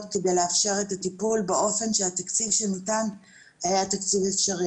כדי לאפשר את הטיפול באופן שהתקציב שניתן היה תקציב אפשרי.